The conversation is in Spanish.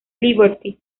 liberty